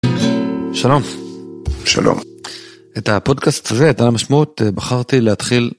שלום. שלום. את הפודקאסט הזה, את על המשמעות בחרתי להתחיל.